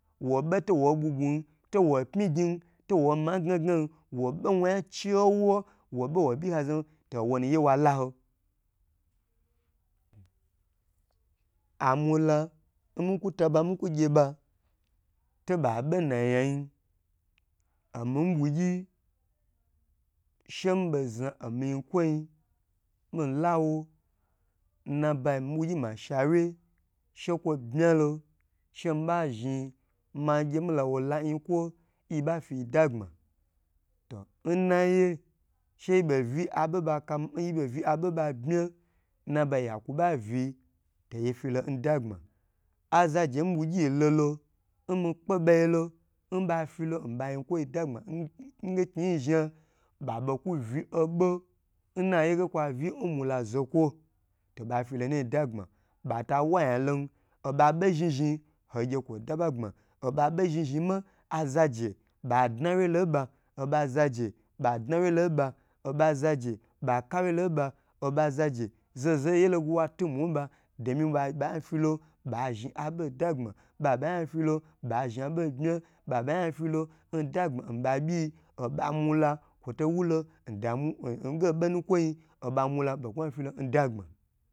Wo be to wo ban bun to wo pyi gni to ala ma gna gna wo be wo yan chewo woba wo byi hozo to owonu ye wa laho. Amula nmiku taba miku gye tobabe nayayin omibugyi shemi za omi yinkwoyi mila nnabawo nnabayi mi bugyi ma shawge shekwo bmalo shemiba zhi magye milawo la omiyikwo nyibafi ya dagbm to nnayi sheybo. vi abo ba bmi dagbm to nnayi sheybo vi abo ba bmi ya kuba vi to yifilo naje yi yidagba azaje nmi bwu gyilolo n mikpe bayelo nba filo nba yin kwo yi badagba n na nkniyi zha baba ku vi oba nna ye ga a vimula bata wa yan lo oba bo zhni zhn hogye kwo daba gbma obabo zhi zhi ma aza je badna wye lo ba oba zaje ba dna wye lo ba oba zaje ba kawye lo ba oba za je zoh zoh yi yelo wa tumu ba dom ba zhi abo ndagbma ba bayan filo ba zhabo bma babaya filo ndagbma nba byi oba mula kwo to wolo ndmu nbobo nukwoi oba mwa babayi filo badagbma.